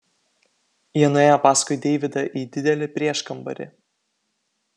jie nuėjo paskui deividą į didelį prieškambarį